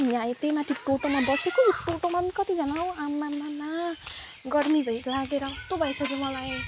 त्यही माथि टोटोमा बसेको यो टोटोमा पनि कतिजना हौ आम्मामा गर्मी भए लागेर कस्तो भइसक्यो मलाई